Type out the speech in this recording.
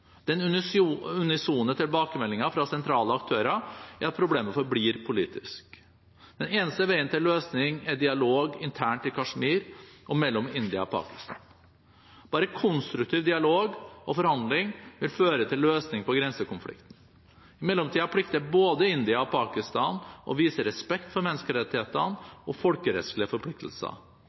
Den unisone tilbakemeldingen fra sentrale aktører er at problemet forblir politisk. Den eneste veien til løsning er dialog internt i Kashmir og mellom India og Pakistan. Bare konstruktiv dialog og forhandling vil føre til en løsning på grensekonflikten. I mellomtiden plikter både India og Pakistan å vise respekt for menneskerettighetene og folkerettslige forpliktelser.